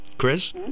chris